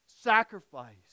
sacrifice